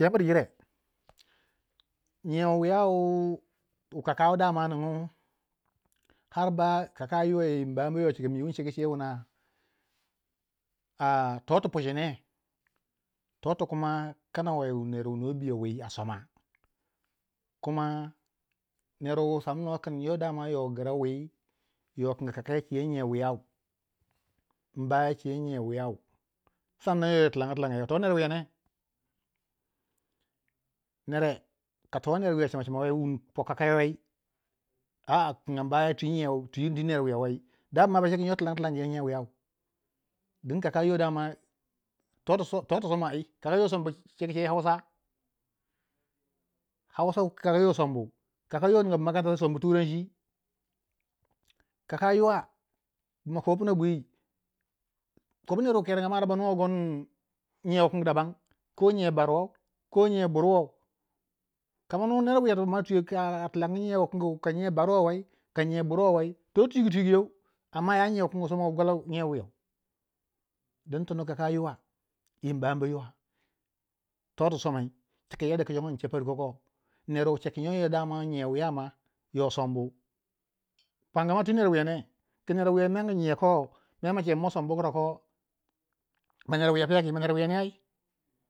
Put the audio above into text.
cemir jire nyiya wiyau wu bagra wu kakau wu damn ningui har ba kakayiwa yi bayinwa cika mi wun cegu ce wuna a totu puchi ne totu kana wono wu no biyo wi a soma kuma ner wu samno kin dama yo gra wi, yo kinga kakayo ce nyiya wuyai a kinga mbayo ce nyiya wiyau sannan yo tilanga tilaga yau to ner wiya ne, nere kato ner wiya cimacima wun po kakayo wei a a a kinga mbayo twi ner wiya wei dabu ma ba cekinyo tilang tilang yo nyang wiyau ding kakayiwa dama toti soma ai, kaka yiwa sombu cegu ceu yi hausa, hausa kakaa yiwa sombu, kaka yiwa nigambu makaranta ya turanci, kakayiwa bu ma kogu bwi kobu ner wu keranga ma ana ba nuwe gon nyiyau bukanga dabam ko nyiya barwau, ko nyiya burwau ka manu ner wiya a twiyo ma a tilangu, ka nyiya baruwa wei ka nyiya buwa wei to twigu twigu yeu, amma ya nyiya wukun wu ba gwala nya wiyau, dun tono kaka yiwa yi mbama yiwa totu somai cika yadda kin ce parko ko ner wu cekin yo dama ner wiya ma yo sombu pwangu ma twi ner wiya ne ki ner wiya mere mer ma cekin masombu ko ma ner wiya nyeki?